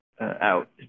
out